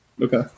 Okay